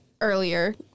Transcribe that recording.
earlier